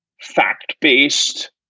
fact-based